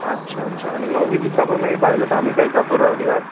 अच्छा अच्छा आनी णव्वी दिसाक मागीर बायलो धालो खेळटा परत काय